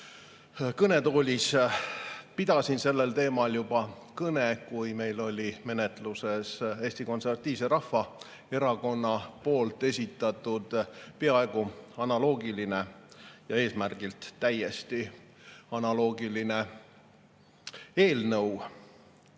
kõnetoolis ma pidasin sellel teemal juba kõne, kui meil oli menetluses Eesti Konservatiivse Rahvaerakonna esitatud peaaegu analoogiline ja eesmärgilt täiesti analoogiline eelnõu.